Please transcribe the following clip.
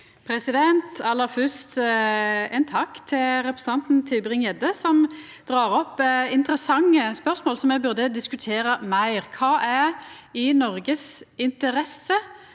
Aller fyrst ein takk til representanten Tybring-Gjedde, som dreg opp interessante spørsmål som me burde diskutera meir. Kva er i Noregs interesse,